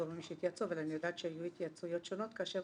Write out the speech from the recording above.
אבל אני יודעת שהיו התייעצויות שונות כאשר